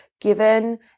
given